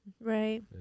right